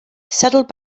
settled